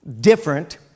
different